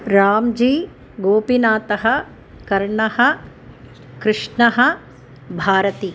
राम्जि गोपिनाथः कर्णः कृष्णः भारती